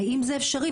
האם זה אפשרי?